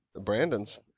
Brandon's